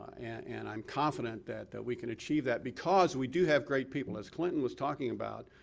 and i'm confident that that we can achieve that because we do have great people, as clinton was talking about.